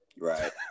Right